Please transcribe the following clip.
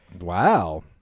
Wow